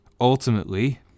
Ultimately